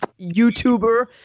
YouTuber